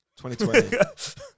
2020